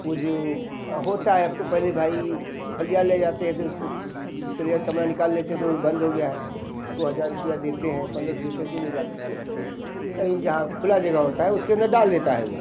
वो जो होता है अब तो पहले भाई खलिया ले जाते थे इसको वो ले जा कर चमड़ा निकाल लेते थे वो भी बंद हो गया है उसको हज़ार रुपये देते हैं पन्द्रह सौ देते हैं तो ले जा कर के कहीं जहाँ खुली जगह होती है उसके अंदर डाल देता है वो